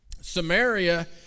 Samaria